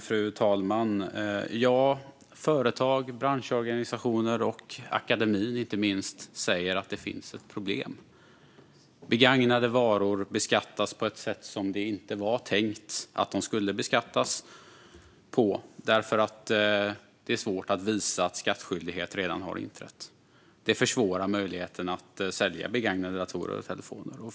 Fru talman! Företag, branschorganisationer och inte minst akademi säger att det finns ett problem. Begagnade varor beskattas på ett sätt som det inte var tänkt att de skulle beskattas på därför att det är svårt att visa att skattskyldighet redan har inträtt. Det försvårar möjligheten att sälja begagnade datorer och telefoner.